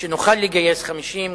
שנוכל לגייס 50,